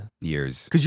Years